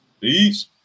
Peace